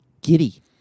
giddy